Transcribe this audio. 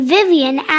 Vivian